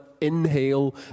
inhale